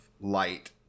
light